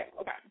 okay